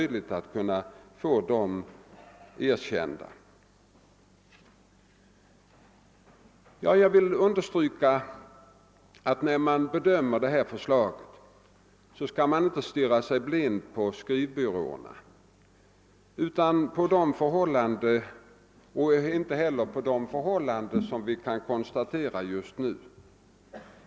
Jag vill dessutom understryka att man när man bedömer detta förslag inte skall stirra sig blind på skrivbyråerna och inte heller på de förhållanden som vi kan konstatera just nu.